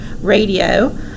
radio